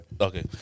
okay